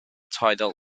tidal